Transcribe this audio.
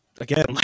again